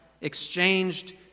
exchanged